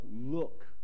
look